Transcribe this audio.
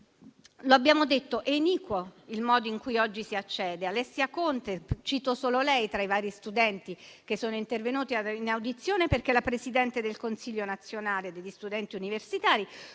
L'abbiamo detto: è iniquo il modo in cui oggi si accede. Cito Alessia Conte, tra i vari studenti che sono intervenuti in audizione, perché è la presidente del Consiglio nazionale degli studenti universitari,